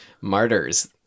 Martyrs